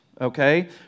okay